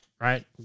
right